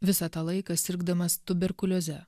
visą tą laiką sirgdamas tuberkulioze